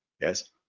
Yes